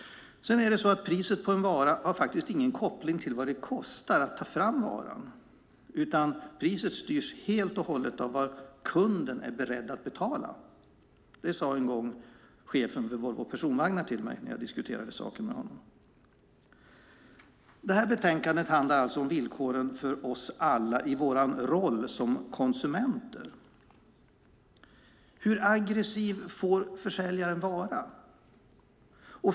Priset på en vara har faktiskt ingen koppling till vad det kostar att ta fram varan, utan priset styrs helt och hållet av vad kunden är beredd att betala. Det sade en gång chefen för Volvo Personvagnar till mig när jag diskuterade saken med honom. Detta betänkande handlar alltså om villkoren för oss alla i vår roll som konsumenter. Hur aggressiv får försäljaren vara?